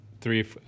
three